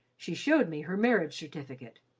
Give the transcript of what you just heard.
she showed me her marriage certificate.